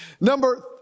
Number